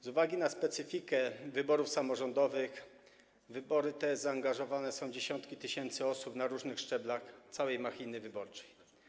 Z uwagi na specyfikę wyborów samorządowych w wybory te zaangażowane są dziesiątki tysięcy osób na różnych szczeblach całej machiny wyborczej.